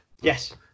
Yes